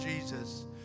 Jesus